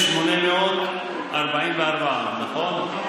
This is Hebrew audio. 1,844, נכון?